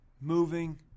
moving